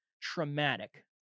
traumatic